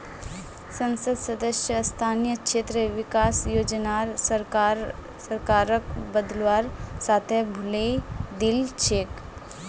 संसद सदस्य स्थानीय क्षेत्र विकास योजनार सरकारक बदलवार साथे भुलई दिल छेक